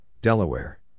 Delaware